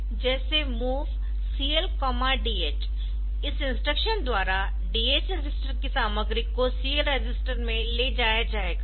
जैसे MOV CL DH इस instruction द्वारा DH रजिस्टर की सामग्री को CL रजिस्टर में ले जाया जाएगा